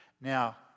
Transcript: Now